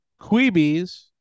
Queebies